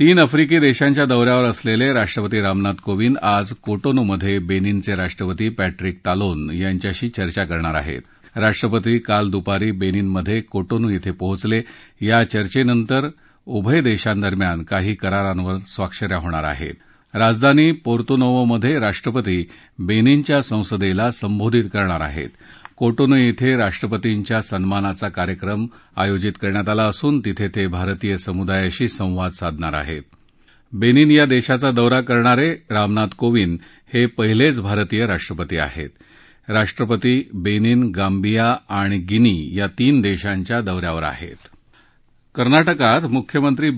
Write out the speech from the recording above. तीन आफ्रिकी दक्षीच्या दौऱ्यावर असलल्लरोष्ट्रपती रामनाथ कोविद आज कोटोनू मध्यविनिनचराष्ट्रपती पंट्रिस तालोन यांच्याशी चर्चा करणार आहेत राष्ट्रपती काल दुपारी बर्लिमध्य क्रीटोनू इथं पोहोचला या चर्चेनंतर उभय दक्षिदरम्यान काही करारांवर स्वाक्ष या होणार आहेत राजधानी पोर्तो नोवो मध्या शष्ट्रपती बरिनच्या संसदक्रिा संबोधित करणार आहेत कोटोनू इथं राष्ट्रपतींच्या सन्मानाचा कार्यक्रम आयोजित करण्यात आला असून तिथत्तिश्रितीय समुदायाशी संवाद साधणार आहर्क बक्रिंन या दक्षिवा दौरा करणारश्रिमनाथ कोविंद हव्विहिलद्वभारतीय राष्ट्रपती आहर्त राष्ट्रपती बरिन गांबिया आणि गिनी या तीन दश्तीच्या दौऱ्यावर आहरत कर्नाटकात मुख्यमंत्री बी